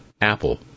Apple